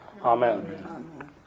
Amen